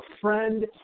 friend